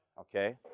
okay